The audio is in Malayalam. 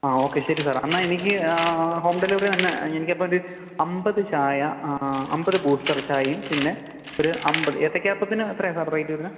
ആ ഓക്കെ ശെരി സാറെ അന്ന് ആ എനിക്ക് ഹോം ഡെലിവറി തന്നെ എനിക്ക് അപ്പം ഒരു അമ്പത് ചായ അമ്പത് ബൂസ്റ്റർ ചായയും പിന്നെ ഒരു അമ്പത് ഏത്തയ്ക്ക അപ്പത്തിന് എത്രയാണ് സാറെ റേറ്റ് വരുന്നത്